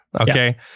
Okay